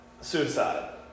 suicide